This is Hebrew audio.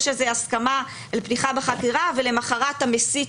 יש איזו הסכמה על פתיחה בחקירה ולמחרת המסית